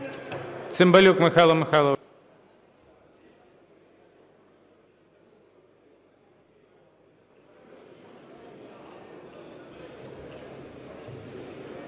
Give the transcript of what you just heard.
Цимбалюк Михайло Михайлович.